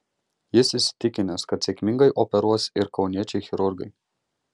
jis įsitikinęs kad sėkmingai operuos ir kauniečiai chirurgai